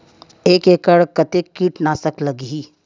एक एकड़ कतेक किट नाशक लगही?